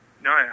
No